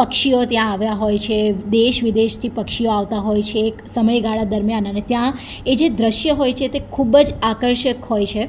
પક્ષીઓ ત્યાં આવ્યાં હોય છે દેશ વિદેશથી પક્ષીઓ આવતાં હોય છે એક સમયગાળા દરમ્યાન અને ત્યાં એ જે દૃશ્ય હોય છે તે ખૂબ જ આકર્ષક હોય છે